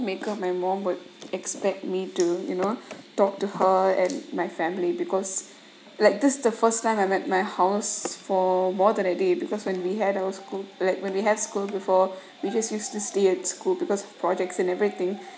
makeup my mom would expect me to you know talk to her and my family because like this the first time I met my house for more than a day because when we had our school like when we have school before we just use this day at school because projects and everything